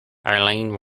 eileen